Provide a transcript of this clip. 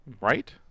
Right